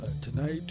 Tonight